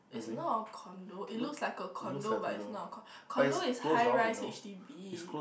it's not a condo it looks like a condo but it's not a co~ condo is high rise h_d_b